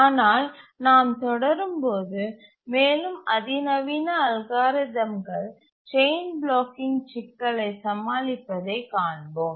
ஆனால் நாம் தொடரும்போது மேலும் அதிநவீன அல்காரிதம்கள் செயின் பிளாக்கிங் சிக்கலை சமாளிப்பதைக் காண்போம்